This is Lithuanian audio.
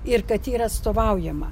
ir kad ji yra atstovaujama